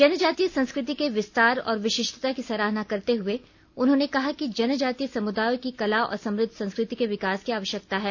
जनजातीय संस्कृति के विस्तार और विशिष्टता की सराहना करते हुए उन्होंने कहा कि जनजातीय समुदायों की कला और समृद्व संस्कृति के विकास की आवश्यकता है